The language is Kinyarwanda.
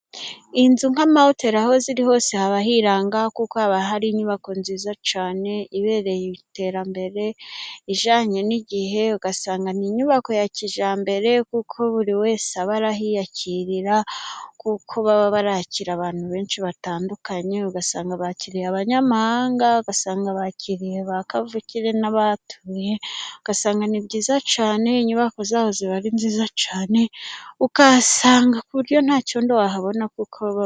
Inzu nk'amahoteli aho ziri hose haba hiranga kuko haba hari inyubako nziza cyane ibereye iterambere ijyanye n'igihe, ugasanga ni inyubako ya kijyambere kuko buri wese aba arahiyakirira kuko baba barakira abantu benshi batandukanye. Ugasanga bakiriye abanyamahanga ugasanga bakiriye ba kavukire n'abahatuye ugasanga ni byiza cyane. Inyubako zaho ziba ari nziza cyane ukahasanga ku buryo nta cyondo wahabona kuko baba.